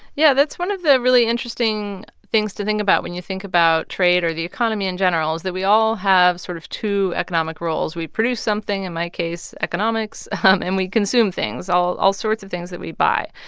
yeah. that's one of the really interesting things to think about when you think about trade or the economy in general is that we all have sort of two economic roles. we produce something in my case, economics um and we consume things all all sorts of things that we buy.